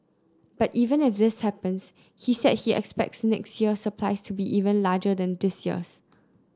but even if this happens he said he expects next year's supply to be larger than this year's